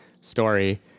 story